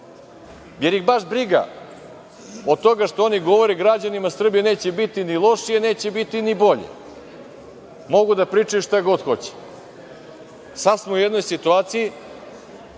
jer ih baš briga od toga šta oni govore građanima Srbije neće biti ni lošije, neće biti ni bolje. Mogu da pričaju šta god hoće. Sada smo u jednoj situaciji